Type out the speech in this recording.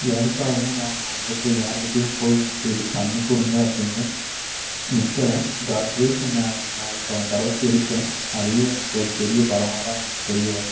எதுக்காகவும் நான் வந்துட்டு யாருக்கிட்டேயும் போய் எனக்கு இது பண்ணிக் கொடுங்க அப்படின்னு நிற்கல காட் கிரேஸு நான் நான் இப்போது அந்த அளவுக்கு இருக்கேன் அதுவே எனக்கு ஒரு பெரிய பலமாக தான் எனக்கு தெரிகிறேன்